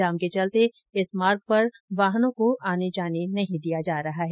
जाम के चलते इस मार्ग पर वाहनों को आने जाने नहीं दिया जा रहा है